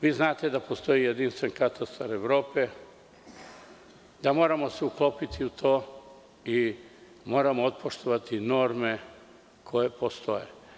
Vi znate da postoji Jedinstven katastar Evrope, da se moramo uklopiti u to i moramo otpoštovati norme koje postoje.